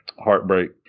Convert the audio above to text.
Heartbreak